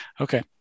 okay